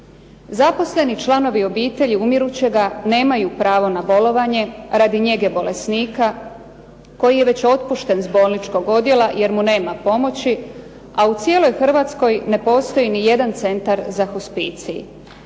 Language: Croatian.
Zaposleni članovi obitelji umirućega nemaju pravo na bolovanje radi njege bolesnika koji je već otpušten s bolničkog odjela jer mu nema pomoći, a u cijeloj Hrvatskoj ne postoji ni jedan centar za hospicij.